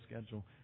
schedule